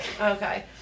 Okay